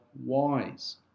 wise